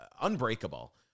unbreakable